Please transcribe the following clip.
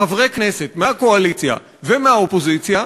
חברי כנסת מהקואליציה ומהאופוזיציה,